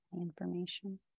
information